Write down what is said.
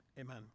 amen